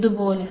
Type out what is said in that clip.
ഇതുപോലെ